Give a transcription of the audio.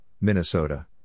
Minnesota